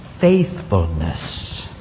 faithfulness